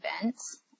events